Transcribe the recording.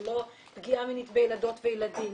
לא פגיעה מינית בילדות וילדים.